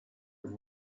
have